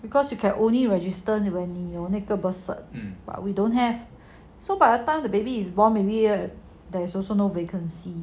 because you can only register when 有那个 birth cert but we don't have so by the time the baby is born and we're there is also no vacancy